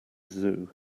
zoo